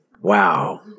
Wow